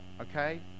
Okay